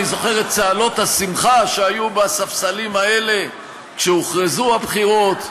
אני זוכר את צהלות השמחה שהיו בספסלים האלה כשהוכרזו הבחירות.